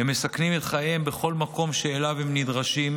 הם מסכנים את חייהם בכל מקום שאליו הם נדרשים,